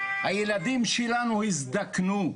הילדים שלנו הזדקנו.